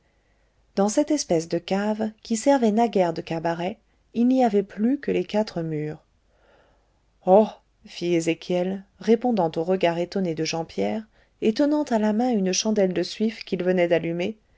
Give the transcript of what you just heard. dans cette espèce de cave qui servait naguère de cabaret il n'y avait plus que les quatre murs oh fit ézéchiel répondant au regard étonné de jean pierre et tenant à la main une chandelle de suif qu'il venait d'allumer